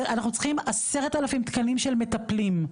אנחנו צריכים 10 אלף תקנים של מטפלים,